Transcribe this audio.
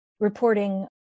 reporting